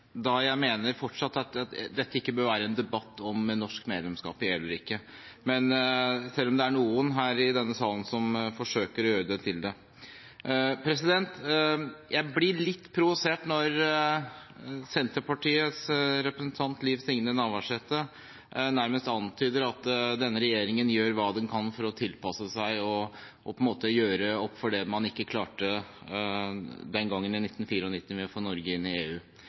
eller ikke, selv om det er noen i denne salen som forsøker å gjøre det til det. Jeg blir litt provosert når Senterpartiets representant Liv Signe Navarsete nærmest antyder at denne regjeringen gjør hva den kan for å tilpasse seg og på en måte gjøre opp for det man ikke klarte i 1994, å få Norge inn i EU.